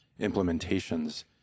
implementations